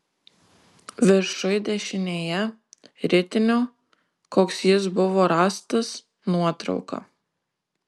viršuj dešinėje ritinio koks jis buvo rastas nuotrauka